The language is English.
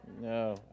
no